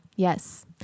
Yes